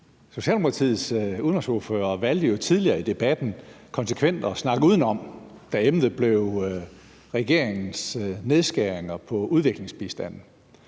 Socialdemokratiets udenrigsordfører valgte jo tidligere i debatten konsekvent at snakke udenom, da emnet blev regeringens nedskæringer på udviklingsbistanden,